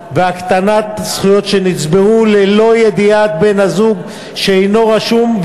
ולהקטנה של זכויות שנצברו ללא ידיעת בן-הזוג שאינו רשום,